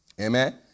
Amen